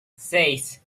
seis